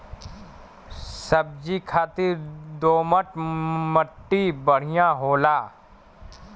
सब्जी खातिर दोमट मट्टी बढ़िया होला